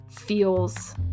feels